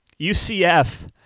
UCF